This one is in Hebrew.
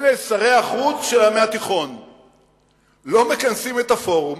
לא מכנסים את הפורום,